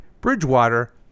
Bridgewater